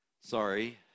Sorry